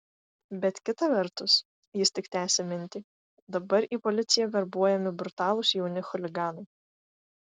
bet kita vertus jis tik tęsė mintį dabar į policiją verbuojami brutalūs jauni chuliganai